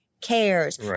cares